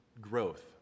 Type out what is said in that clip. growth